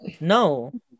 no